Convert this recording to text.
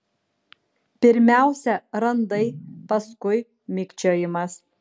pirmiausia randai paskui mikčiojimas